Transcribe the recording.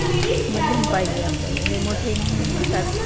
मध्यम पाहिजे आपल्याला लयं मोठे ही नाही तर